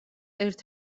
ერთ